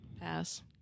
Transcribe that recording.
pass